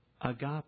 agape